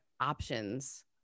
options